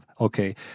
Okay